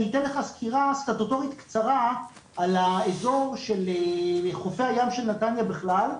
אני אתן לך סקירה סטטוטורית קצרה על האזור של חופי הים של נתניה בכלל,